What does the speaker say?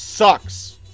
sucks